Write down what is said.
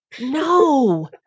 No